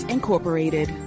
Incorporated